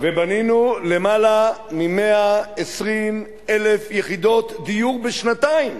ובנינו למעלה מ-120,000 יחידות דיור בשנתיים.